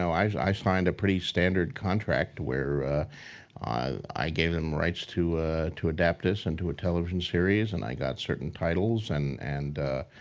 i signed a pretty standard contract where i gave them rights to to adapt this into a television series and i got certain titles and and